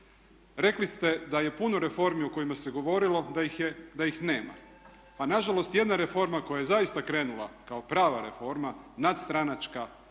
Rekli ste da je puno reformi o kojima se govorilo, da ih nema. A na žalost jedna reforma koja je zaista krenula kao prava reforma nadstranačka